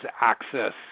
access